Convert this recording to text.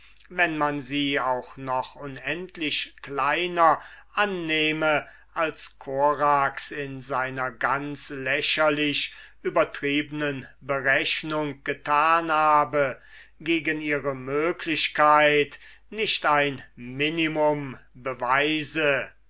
wenn man sie auch noch unendlich kleiner annehme als korax in seiner ganz lächerlich übertriebnen berechnung getan habe gegen ihre möglichkeit nicht ein minimum beweise